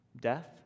death